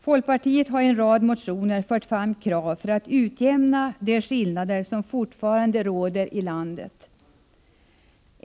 Folkpartiet har i en rad motioner fört fram krav för att utjämna de skillnader som fortfarande råder i landet.